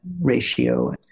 ratio